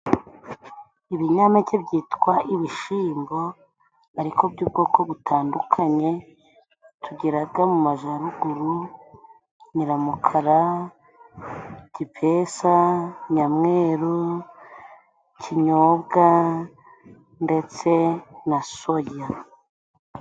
Ibinyampeke byitwa ibishimbo ariko by'ubwoko butandukanye. Tugiraga mu majaruguru nyiramukara, gipesa, nyamweru, kinyobwa, ndetse na soya.